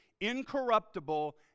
incorruptible